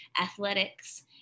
athletics